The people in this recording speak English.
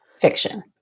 fiction